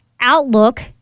outlook